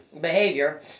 behavior